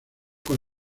con